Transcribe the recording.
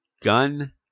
gun